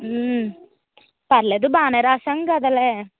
పర్లేదు బాగానే రాసాం కదే